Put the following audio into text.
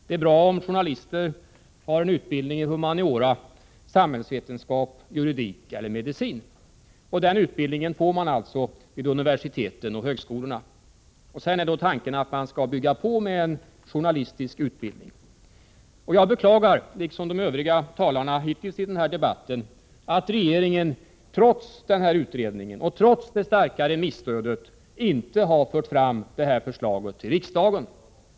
Det är bra om det finns journalister som har en utbildning i humaniora, samhällsvetenskap, juridik eller medicin. Den utbildningen får man alltså vid universiteten och högskolorna. Sedan är då tanken att man skall bygga på med en journalistisk utbildning. Jag beklagar liksom de övriga talarna hittills i den här debatten att regeringen trots denna utredning och trots det starka remisstödet inte har fört fram detta förslag till riksdagen.